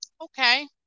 Okay